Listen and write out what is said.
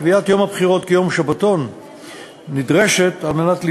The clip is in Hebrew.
קביעת יום הבחירות כיום שבתון נדרשת כדי